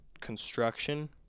construction